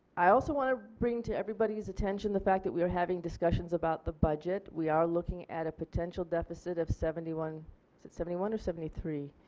i also want to bring to everybody's attention the fact that we are having discussions about the budget. we are looking at a potential deficit of seventy one seventy one or seventy three,